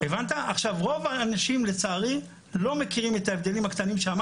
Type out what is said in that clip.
רוב האנשים לצערי לא מכירים את ההבדלים הקטנים שאמרתי פה.